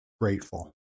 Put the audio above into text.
grateful